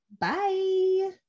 Bye